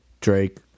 Drake